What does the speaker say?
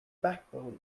backbone